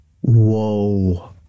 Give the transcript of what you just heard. Whoa